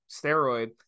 steroid